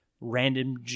random